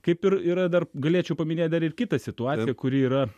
kaip ir yra dar galėčiau paminėt dar ir kitą situaciją kuri yra